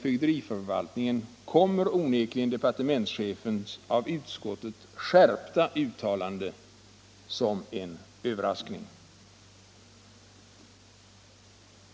en kommer onekligen departementschefens av utskottet skärpta uttalande som en överraskning.